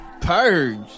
Purge